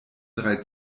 drei